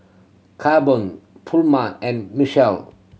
Carbon Puma and Michele